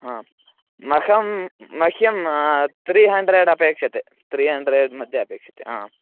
हा मह्यं मह्यं त्रिहण्ड्रेड् अपेक्षते त्रिहण्ड्रेड्मध्ये अपेक्षते हा